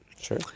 Sure